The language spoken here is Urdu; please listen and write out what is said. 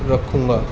رکھکھملہ